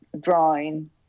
drawing